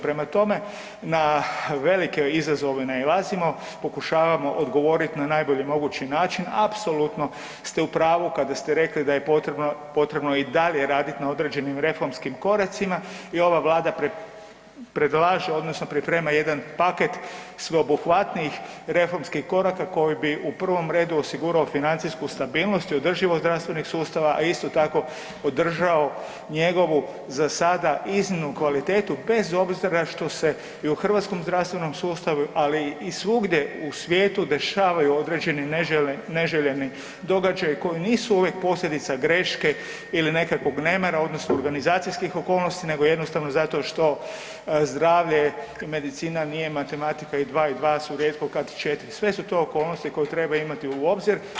Prema tome, na velike izazove nailazimo, pokušavamo odgovoriti na najbolji mogući način, apsolutno ste u pravu kada ste rekli da je potrebno i dalje raditi na određenim reformskim koracima i ova Vlada predlaže, odnosno priprema jedan paket sveobuhvatnijih reformskih koraka koji bi, u prvom redu osigurao financijsku stabilnost i održivost zdravstvenih sustava, a isto tako, održao njegovu, za sada iznimno kvalitetu bez obzira što se i u hrvatskom zdravstvenom sustavu, ali i svugdje u svijetu, dešavaju određeni neželjeni događaji koji nisu uvijek posljedica greške ili nekakvog nemara, odnosno organizacijskih okolnosti, nego jednostavno zato što zdravlje i medicina nije matematika i 2 i 2 su rijetko kad 4, sve su to okolnosti koje treba imati u obzir.